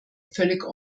völlig